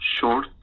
short